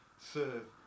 serve